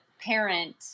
parent